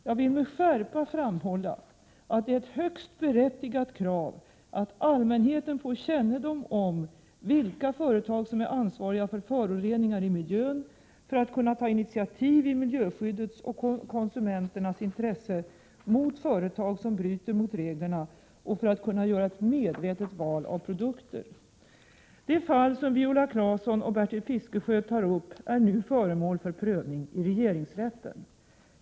Jag vill med skärpa framhålla att det är ett högst berättigat krav att allmänheten får kännedom om vilka företag som är ansvariga för föroreningar i miljön för att kunna ta initiativ i miljöskyddets och konsumenternas intresse mot företag som bryter mot reglerna och för att kunna göra ett medvetet val av produkter. Det fall som Viola Claesson och Bertil Fiskesjö tar upp är nu föremål för prövning i regeringsrätten.